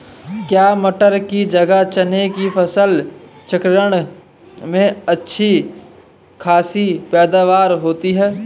क्या मटर की जगह चने की फसल चक्रण में अच्छी खासी पैदावार होती है?